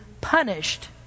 punished